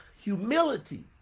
humility